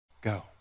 go